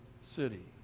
city